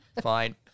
Fine